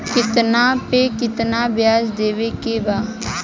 कितना पे कितना व्याज देवे के बा?